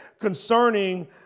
concerning